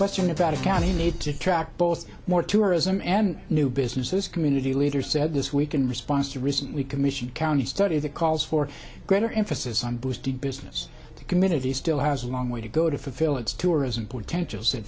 lesson about a county need to track both more tourism and new businesses community leaders said this week in response to recently commissioned county study that calls for greater emphasis on boosting business community still has a long way to go to fulfill its tourism potential